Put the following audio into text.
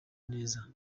neza